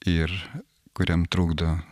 ir kuriam trukdo